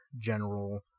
general